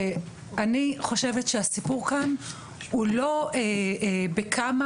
אני חושבת שהסיפור כאן הוא לא כמה,